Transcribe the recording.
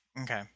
Okay